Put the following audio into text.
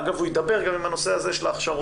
אגב, הוא ידבר גם עם הנושא הזה של ההכשרות.